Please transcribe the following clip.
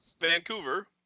Vancouver